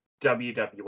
WWE